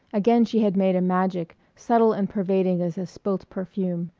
again she had made a magic, subtle and pervading as a spilt perfume,